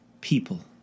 people